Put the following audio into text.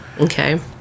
Okay